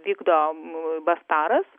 vykdom bastaras